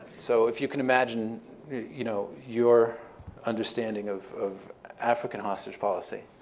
so if you can imagine you know your understanding of of african hostage policy,